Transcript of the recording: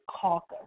Caucus